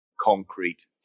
concrete